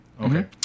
Okay